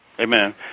Amen